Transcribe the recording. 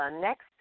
Next